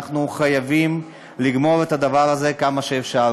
אנחנו חייבים לגמור את הדבר הזה כמה שאפשר.